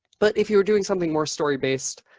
but if you were doing something more story based,